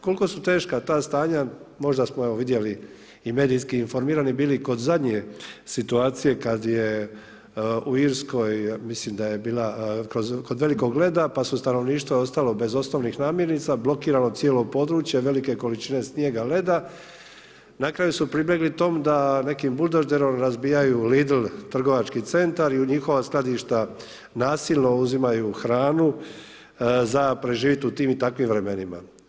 Koliko su teška ta stanja, možda smo vidjeli i medijski informirani bili kod zadnje situacije kada je u Irskoj mislim da je bila kod velikog leda, pa je stanovništvo ostalo bez osnovnih namirnica, blokirano cijelo područje, velike količine snijega, leda na kraju su pribjegli tom da nekim buldožerom razbijaju Lidl trgovački centar i u njihova skladišta nasilno uzimaju hranu za preživit u tim i takvim vremenima.